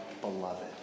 beloved